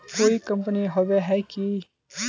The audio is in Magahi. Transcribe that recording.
कोई कंपनी होबे है की?